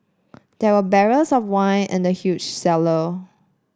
there were barrels of wine in the huge cellar